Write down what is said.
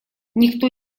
никто